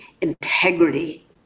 integrity